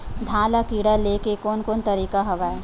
धान ल कीड़ा ले के कोन कोन तरीका हवय?